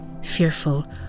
...fearful